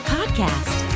Podcast